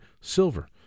silver